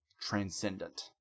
transcendent